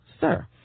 Sir